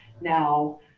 Now